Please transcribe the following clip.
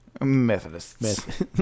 Methodists